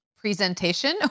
presentation